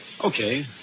Okay